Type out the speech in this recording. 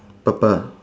purple